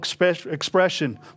expression